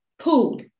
Pulled